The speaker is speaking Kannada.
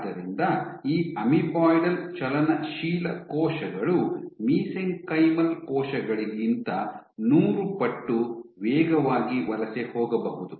ಆದ್ದರಿಂದ ಈ ಅಮೀಬಾಯ್ಡಲ್ ಚಲನಶೀಲ ಕೋಶಗಳು ಮಿಸೆಂಕೈಮಲ್ ಕೋಶಗಳಿಗಿಂತ ನೂರು ಪಟ್ಟು ವೇಗವಾಗಿ ವಲಸೆ ಹೋಗಬಹುದು